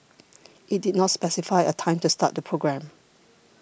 it did not specify a time to start the programme